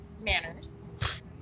manners